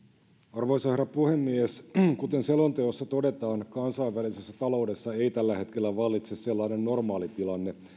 arvoisa herra puhemies kuten selonteossa todetaan kansainvälisessä taloudessa ei tällä hetkellä vallitse sellainen normaali tilanne